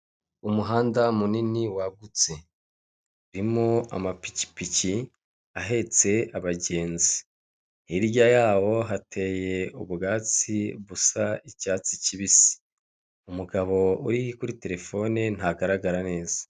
Umuhanda munini wagutse, urimo amapikipiki ahetse abagenzi, hirya y'aho hateye ubwatsi busa icyatsi kibisi, umugabo uri kuri terefone ntagaragara neza.